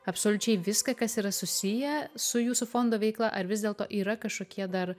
absoliučiai viską kas yra susiję su jūsų fondo veiklą ar vis dėlto yra kažkokie dar